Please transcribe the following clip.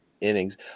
innings